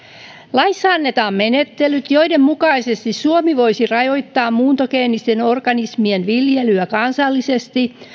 laissa annetaan menettelyt joiden mukaisesti suomi voisi rajoittaa muuntogeenisten organismien viljelyä kansallisesti